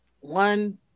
one